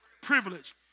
privilege